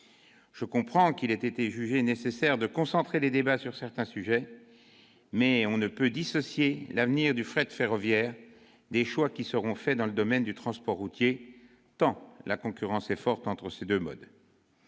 Je comprends qu'il ait été jugé nécessaire de concentrer les débats sur certains sujets, mais on ne peut dissocier l'avenir du fret ferroviaire des choix qui seront faits dans le domaine du transport routier, tant la concurrence est forte entre ces deux modes.